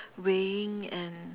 weighing and